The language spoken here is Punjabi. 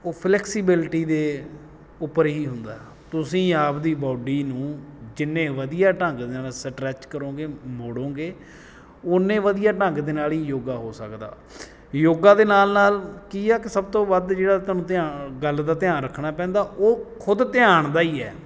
ਉਹ ਫਲੈਕਸੀਬਿਲਿਟੀ ਦੇ ਉੱਪਰ ਹੀ ਹੁੰਦਾ ਤੁਸੀਂ ਆਪਣੀ ਬੋਡੀ ਨੂੰ ਜਿੰਨੇ ਵਧੀਆ ਢੰਗ ਦੇ ਨਾਲ ਸਟਰੈਚ ਕਰੋਗੇ ਮੋੜੋਗੇ ਉੰਨੇ ਵਧੀਆ ਢੰਗ ਦੇ ਨਾਲ ਹੀ ਯੋਗਾ ਹੋ ਸਕਦਾ ਯੋਗਾ ਦੇ ਨਾਲ ਨਾਲ ਕੀ ਆ ਕਿ ਸਭ ਤੋਂ ਵੱਧ ਜਿਹੜਾ ਤੁਹਾਨੂੰ ਧਿਆਨ ਗੱਲ ਦਾ ਧਿਆਨ ਰੱਖਣਾ ਪੈਂਦਾ ਉਹ ਖੁਦ ਧਿਆਨ ਦਾ ਹੀ ਹੈ